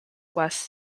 west